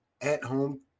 at-home